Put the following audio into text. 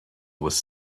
was